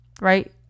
right